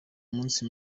munsi